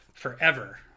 Forever